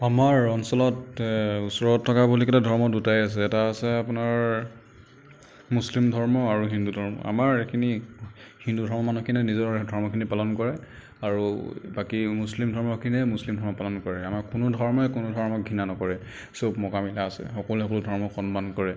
আমাৰ অঞ্চলত ওচৰত থকা বুলি ক'লে ধৰ্ম দুটাই আছে এটা আছে আপোনাৰ মুছলিম ধৰ্ম আৰু হিন্দু ধৰ্ম আমাৰ এইখিনি হিন্দু ধৰ্মৰ মানুহখিনিয়ে নিজৰ ধৰ্মখিনি পালন কৰে আৰু বাকী মুছলিম ধৰ্মৰখিনিয়ে মুছলিম ধৰ্ম পালন কৰে আমাৰ কোনো ধৰ্মই কোনো ধৰ্মক ঘৃণা নকৰে সব মকামিলা আছে সকলোবোৰ ধৰ্মক সন্মান কৰে